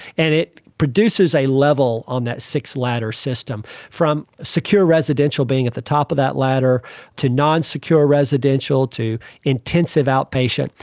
and it produces a level on that six ladder system from secure residential being at the top of that ladder to non-secure residential to intensive outpatient,